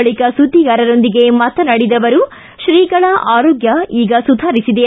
ಬಳಕ ಸುದ್ದಿಗಾರರೊಂದಿಗೆ ಮಾತನಾಡಿದ ಅವರು ಶ್ರೀಗಳ ಆರೋಗ್ಯ ಈಗ ಸುಧಾರಿಸಿದೆ